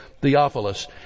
Theophilus